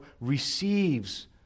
receives